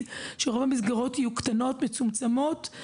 בו רוב המסגרות יהיו קטנות ומצומצמות.